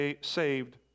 saved